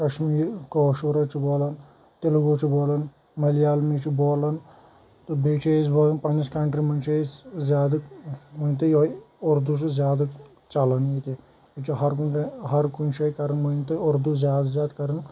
کَشمیٖر کٲشُر حظ چھُ بولان تیٚلگوٗ چھُ بولان ملیالمی چھِ بولان تہٕ بیٚیہِ چھِ أسۍ بولان پنٛنِس کَنٹرٛی منٛز چھِ أسۍ زیادٕ مٲنِو تُہۍ یِہوٚے اُردو چھُ زیادٕ چَلان ییٚتہِ ییٚتہِ چھُ ہَر کُنہِ ہَر کُنہِ جایہِ کَران مٲنِو تُہۍ اردو زیادٕ زیادٕ کَران